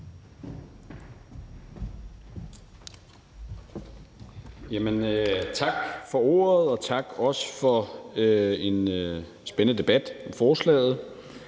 Tak for ordet, og også tak for en spændende debat om forslaget.